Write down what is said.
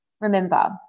Remember